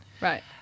Right